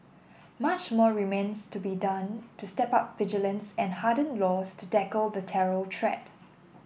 much more remains to be done to step up vigilance and harden laws to tackle the terror threat